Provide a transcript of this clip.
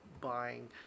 buying